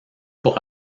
pour